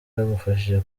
yamufashije